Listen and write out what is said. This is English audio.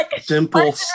Simple